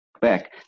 back